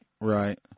Right